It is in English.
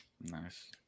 Nice